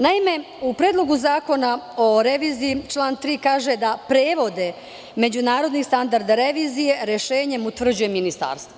Naime, u Predlogu zakona o reviziji, član 3. kaže – da prevode međunarodnih standarda revizije, rešenjem utvrđuje Ministarstvo.